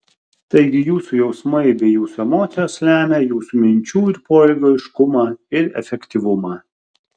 taigi jūsų jausmai bei jūsų emocijos lemia jūsų minčių ir poelgių aiškumą ir efektyvumą